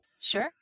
Sure